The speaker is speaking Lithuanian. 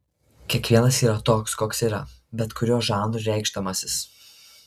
kiekvienas yra toks koks yra bet kuriuo žanru reikšdamasis